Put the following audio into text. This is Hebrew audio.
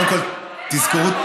אני כחותם שלישי.